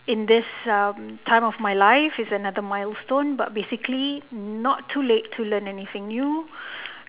in this time of my life is another milestone but basically not too late to learn anything new